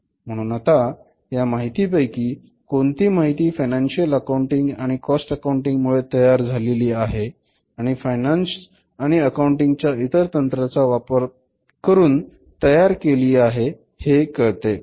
म्हणून आता या माहितीपैकी कोणती माहिती फायनान्शियल अकाउंटिंग आणि कॉस्ट अकाउंटिंग मुळे तयार झालेली आहे आणि फायनान्स आणि अकाउंटिंग च्या इतर तंत्रांचा वापर करून तयार केली आहे हे कळते